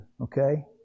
okay